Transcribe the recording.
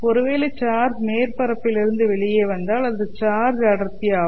ஒருவேளை சார்ஜ் மேற்பரப்பிலிருந்து வெளியே வந்தால் அது சார்ஜ் அடர்த்தி J ஆகும்